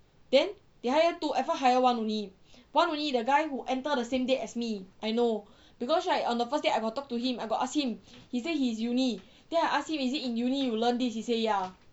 then they hire two at first hire one only one only the guy who enter the same day as me I know because right on the first day I got talk to him I got ask him he say he is uni then I ask him is it in uni you learn this he say ya